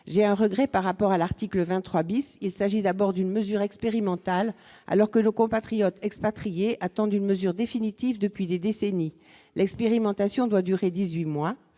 j'ai un regret par rapport à l'article 23 bis, il s'agit d'abord d'une mesure expérimentale, alors que le compatriotes expatriés attendent une mesure définitive depuis des décennies l'expérimentation doit durer 18 mois,